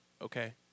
okay